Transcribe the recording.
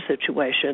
situation